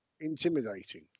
intimidating